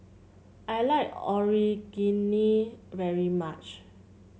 I like Onigiri very much